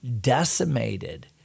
decimated